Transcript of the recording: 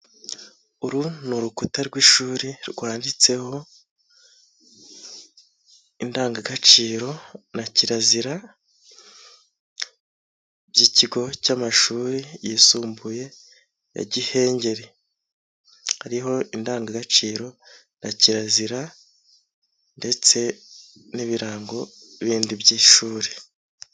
Uru ni urukuta rw'ishuri rwanditseho indangagaciro na kirazira by'ikigo cy'amashuri yisumbuye ya Gihengeri, hariho indangagaciro na kirazira ndetse n'ibirango bindi by'ishuri.